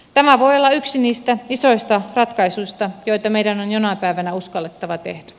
tämä voi olla yksi niistä isoista ratkaisuista joita meidän on jonain päivänä uskallettava tehdä